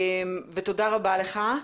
תודה רבה לך.